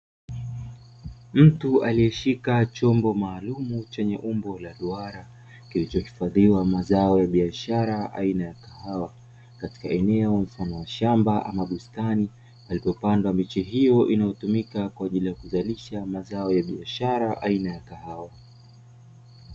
Mtu aliyeshika chombo maalumu chenye umbo la duara, kilichohifdhiwa mazao ya biashara aina ya kahawa, katika eneo mfano wa shamba ama bustani, palipopandwa miche hiyo inayotumika kwa ajili ya kuzalisha mazao ya biashara aina ya kahawa.